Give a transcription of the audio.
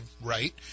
right